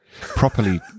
properly